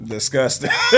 Disgusting